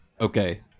Okay